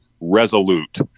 resolute